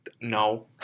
No